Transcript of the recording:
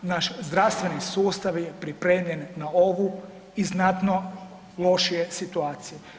Naš zdravstveni sustav je pripremljen na ovu i znatno lošije situacije.